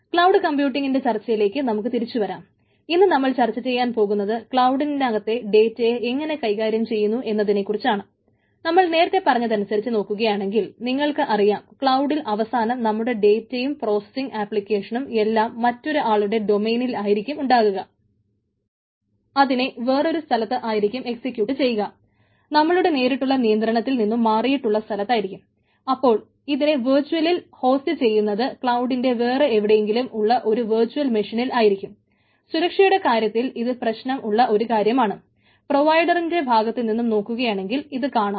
cloud കംപ്യൂട്ടിങ്ങിന്റെ ഭാഗത്തു നിന്നും നോക്കുകയാണെങ്കിൽ ഇതു കാണാം